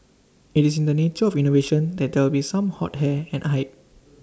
IT is in the nature of innovation that there will be some hot air and hype